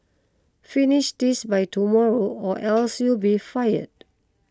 finish this by tomorrow or else you'll be fired